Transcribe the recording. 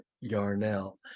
Yarnell